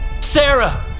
Sarah